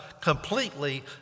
completely